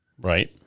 Right